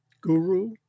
guru